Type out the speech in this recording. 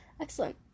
Excellent